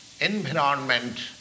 environment